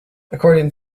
according